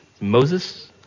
Moses